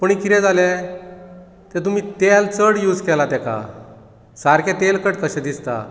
पूण कितें जालें तें तुमी तेल चड यूझ केला तेका सारकें तेलकट कशें दिसता